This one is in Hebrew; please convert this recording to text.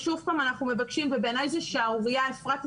בעיניי זו שערורייה - אפרת,